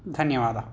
धन्यवादः